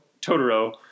Totoro